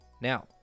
Now